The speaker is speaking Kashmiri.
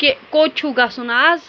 کہِ کوٚت چھُو گژھُن آز